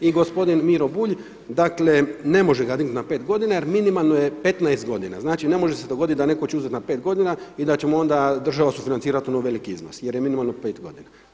I gospodin Miro Bulj, dakle ne može ga dignuti na pet godina jer minimalno je 15 godina, znači ne može se dogoditi da će neko uzeti na pet godina i da će mu onda država sufinancirati … velik iznos jer je minimalno pet godina.